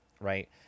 Right